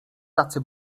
tacy